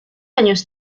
años